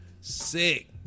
sick